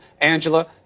Angela